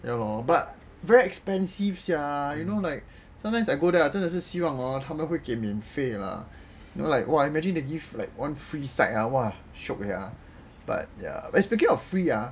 ya lor but very expensive sia you know like sometimes I go there 真的是希望 lor 他们会给免费 lah you know like !wah! imagine they give like one free side ah !wah! shiok sia but ya eh speaking of free ah